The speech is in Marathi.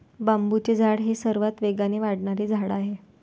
बांबूचे झाड हे सर्वात वेगाने वाढणारे झाड आहे